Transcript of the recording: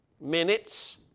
minutes